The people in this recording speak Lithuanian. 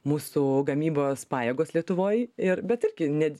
mūsų gamybos pajėgos lietuvoj ir bet irgi ne